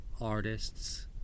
artists